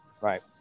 Right